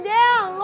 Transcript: down